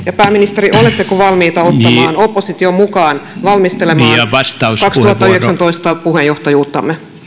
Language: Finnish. pääministeri oletteko valmiita ottamaan opposition mukaan valmistelemaan vuoden kaksituhattayhdeksäntoista puheenjohtajuuttamme